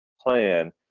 plan